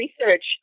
research